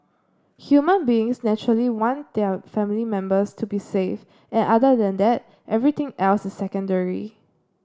human beings naturally want their family members to be safe and other than that everything else is secondary